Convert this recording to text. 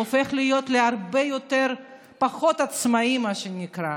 הוא הופך להיות הרבה פחות עצמאי, מה שנקרא.